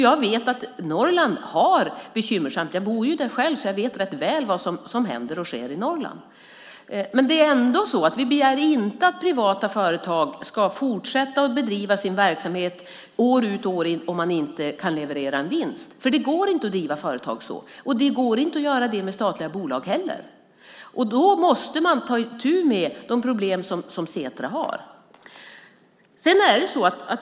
Jag vet att Norrland har det bekymmersamt; jag bor ju där själv, så jag vet rätt väl vad som händer och sker i Norrland. Men vi begär ändå inte att privata företag ska fortsätta att bedriva sin verksamhet år ut och år in om de inte kan leverera en vinst. Det går nämligen inte att driva företag så, inte heller med statliga bolag. Därför måste man ta itu med de problem Setra har.